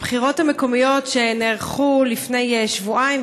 בבחירות המקומיות שנערכו לפני שבועיים,